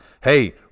hey